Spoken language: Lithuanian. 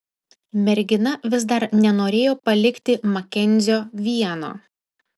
mergina vis dar nenorėjo palikti makenzio vieno